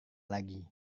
lagi